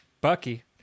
Bucky